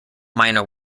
minor